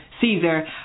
Caesar